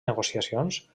negociacions